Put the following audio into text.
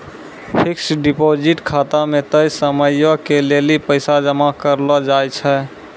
fixed deposit खाता मे तय समयो के लेली पैसा जमा करलो जाय छै